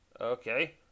Okay